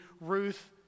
Ruth